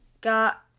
got